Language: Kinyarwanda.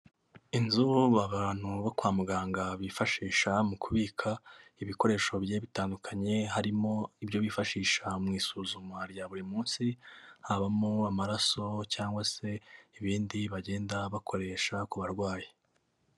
Inzu abantu bo kwa muganga bifashisha mu kubika ibikoresho bigiye bitandukanye, harimo ibyo bifashisha mu isuzuma rya buri munsi, habamo amaraso cyangwa se ibindi bagenda bakoresha ku barwayi.